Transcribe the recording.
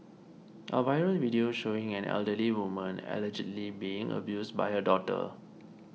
a viral video showing an elderly woman allegedly being abused by her daughter